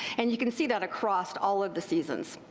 and you can see that across all of the seasons.